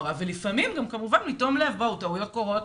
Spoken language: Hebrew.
לפעמים זה גם נובע מתום לב כמובן, טעויות קורות.